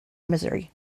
missouri